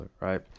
right